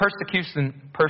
persecution